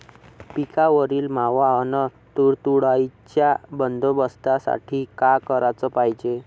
पिकावरील मावा अस तुडतुड्याइच्या बंदोबस्तासाठी का कराच पायजे?